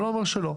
אני לא אומר שלא.